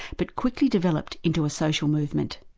but quickly developed into a social movement.